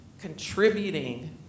contributing